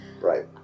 Right